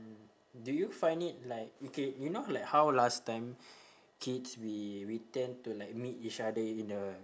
do you find it like okay you know like how last time kids we we tend to like meet each other in the